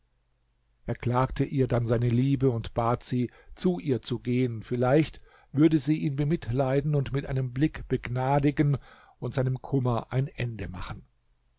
er klagte ihr dann seine liebe und bat sie zu ihr zu gehen vielleicht würde sie ihn bemitleiden und mit einem blick begnadigen und seinem kummer ein ende machen